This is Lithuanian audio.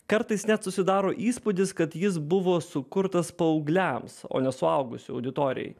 kartais net susidaro įspūdis kad jis buvo sukurtas paaugliams o ne suaugusių auditorijai